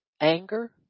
anger